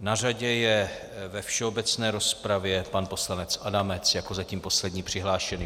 Na řadě je ve všeobecné rozpravě pan poslanec Adamec jako zatím poslední přihlášený.